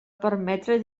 permetre